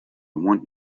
want